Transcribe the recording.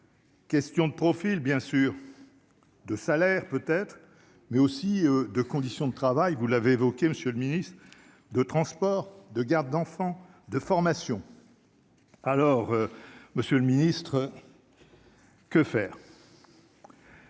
question de profil, bien sûr, de salaire, peut-être, mais aussi de conditions de travail, vous l'avez évoqué, monsieur le ministre, de transport, de garde d'enfants, de formation, alors Monsieur le Ministre. Que faire.